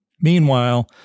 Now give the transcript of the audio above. Meanwhile